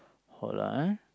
hold on ah